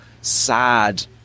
sad